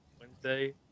Wednesday